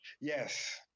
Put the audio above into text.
Yes